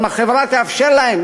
אם החברה תאפשר להם,